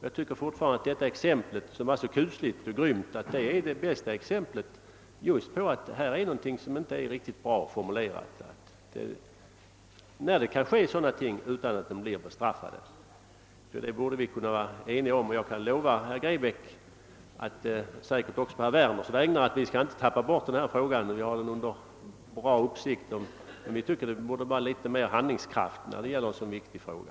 Jag tycker fortfarande att det kusliga exempel som nämnts bäst visar att den nuvarande formuleringen, enligt vilken sådant kan få förekomma utan påföljd, inte är bra. Det borde vi kunna vara eniga om. Jag kan lova herr Grebäck — säkerligen också på herr Werners vägnar — att vi inte skall släppa denna fråga utan även i fortsättningen kommer att ha den under uppsikt. Det borde visas något mera av handlingskraft i en så angelägen sak som denna.